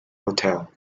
hotel